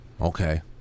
okay